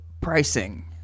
pricing